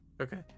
Okay